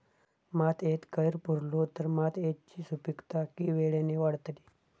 मातयेत कैर पुरलो तर मातयेची सुपीकता की वेळेन वाडतली?